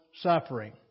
suffering